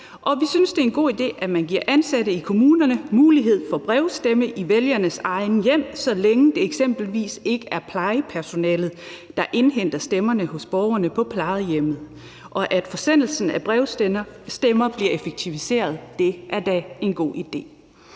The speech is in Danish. et folketingsvalg, og at man giver ansatte i kommunerne mulighed for at brevstemme i vælgernes egne hjem, så længe det eksempelvis ikke er plejepersonalet, der indhenter stemmerne hos borgerne på plejehjemmet, og vi synes, det er en god idé, at forsendelsen af brevstemmer bliver effektiviseret. Det er da en god idé.